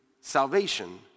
salvation